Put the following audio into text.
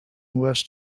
was